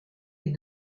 est